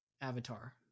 Avatar